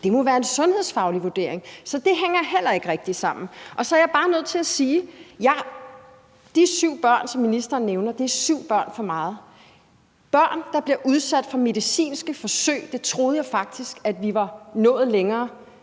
det må være en sundhedsfaglig vurdering. Så det hænger heller ikke rigtig sammen. For det andet er jeg bare nødt til at sige, at de syv børn, som ministeren nævner, er syv børn for meget. I forhold til at børn bliver udsat for medicinske forsøg, troede jeg faktisk at vi var nået længere